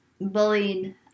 bullied